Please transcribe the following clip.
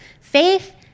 Faith